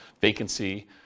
vacancy